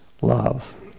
love